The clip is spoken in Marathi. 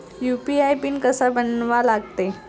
यू.पी.आय पिन कसा बनवा लागते?